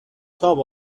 تاب